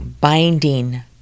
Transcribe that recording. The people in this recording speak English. binding